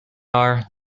are